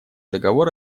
договор